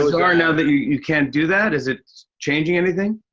hard, now that you can't do that? is it changing anything?